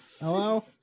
Hello